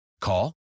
Call